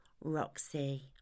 Roxy